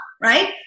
right